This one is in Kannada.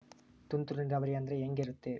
ತುಂತುರು ನೇರಾವರಿ ಅಂದ್ರೆ ಹೆಂಗೆ ಇರುತ್ತರಿ?